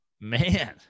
Man